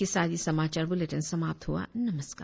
इसी के साथ यह समाचार बुलेटिन समाप्त हुआ नमस्कार